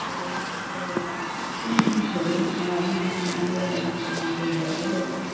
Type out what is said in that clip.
जेरै गेलेनाय दुगैनो थांनाय मानो थांनाय गेलेनाय जमा लिंलायनाय जायो